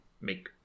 Make